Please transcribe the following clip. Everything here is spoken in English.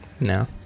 No